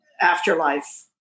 afterlife